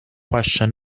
question